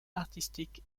artistique